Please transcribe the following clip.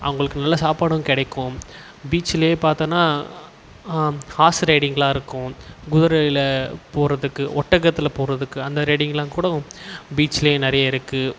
அவங்களுக்கு நல்ல சாப்பாடும் கிடைக்கும் பீச்சிலேயே பாத்தோனா ஹார்ஸ் ரைடிங்குலாம் இருக்கும் குதிரையில் போகிறதுக்கு ஒட்டகத்தில் போகிறதுக்கு அந்த ரைடிங்குலாம் கூட பீச்லேயே நிறைய இருக்குது